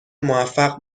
موفق